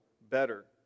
better